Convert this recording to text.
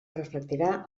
reflectirà